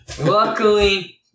Luckily